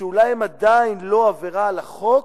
שאולי הם עדיין לא עבירה על החוק,